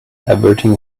averting